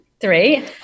three